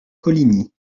coligny